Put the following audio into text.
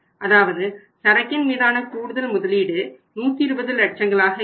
அதாவது சரக்கின் மீதான கூடுதல் முதலீடு 120 லட்சங்களாக இருக்கும்